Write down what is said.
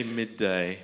midday